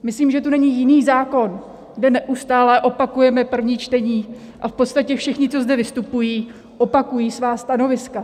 Myslím, že tu není jiný zákon, kde neustále opakujeme první čtení a v podstatě všichni, co zde vystupují, opakují svá stanoviska.